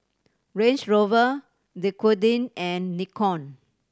Range Rover Dequadin and Nikon